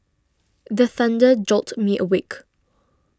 the thunder jolt me awake